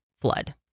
flood